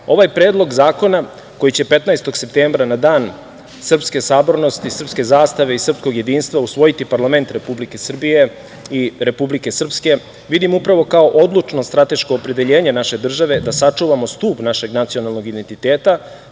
Predlog zakona koji će 15. septembra na Dan srpske sabornosti, srpske zastave i srpskog jedinstva usvojiti Parlament Republike Srbije i Republike Srpske vidim upravo kao odlučno strateško opredeljenje naše države da sačuvamo stub našeg nacionalnog identiteta.